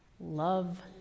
Love